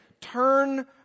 turn